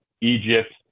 Egypt